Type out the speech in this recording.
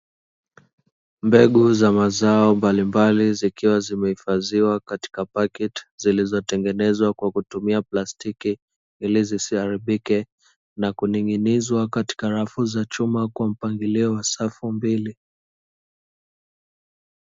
Mbegu za mazao mbalimbali zikiwa zimehifadhiwa katika paketi zilizotengenezwa kwa kutumia plastiki, ili zisiaribike na kuning'inizwa katika rafu za chuma kwa mpangilio wa Safu mbili.